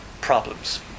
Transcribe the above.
problems